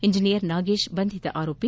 engineer Nagesh ಬಂಧಿತ ಆರೋಪಿ